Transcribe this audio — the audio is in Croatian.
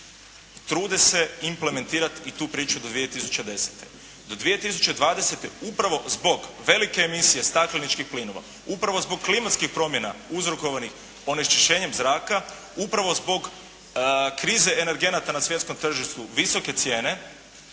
trude se implementirati i tu priču do 2010. Do 2020., upravo zbog velike emisije stakleničkih plinova, upravo zbog klimatskih promjena uzrokovanih onečišćenjem zraka, upravo zbog krize energenata na svjetskom tržištu, visoke cijene,